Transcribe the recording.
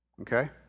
Okay